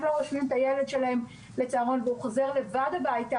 לא רושמים את הילד שלהם לצהרון והוא חוזר לבד הביתה